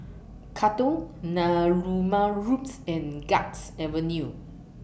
Katong Narooma Roads and Guards Avenue